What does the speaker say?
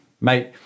mate